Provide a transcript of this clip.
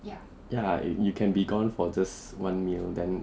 ya you can be gone for just one meal then